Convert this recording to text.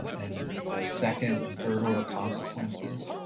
and the second and third order consequences.